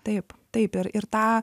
taip taip ir ir tą